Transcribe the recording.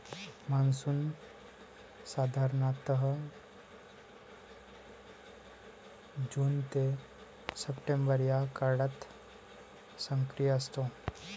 monsoon साधारणतः जून ते सप्टेंबर या काळात सक्रिय असतो